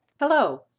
Hello